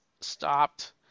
stopped